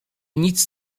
nic